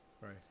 Right